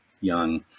young